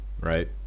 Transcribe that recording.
right